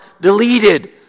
deleted